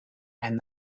and